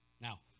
Now